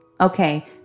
Okay